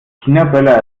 chinaböller